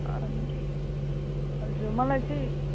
अनि हजुर मलाई चाहिँ